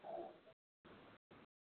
हा त तहांजी कमिशन घणी पो